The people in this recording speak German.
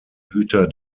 hüter